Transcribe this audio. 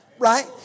Right